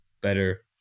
better